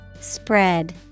Spread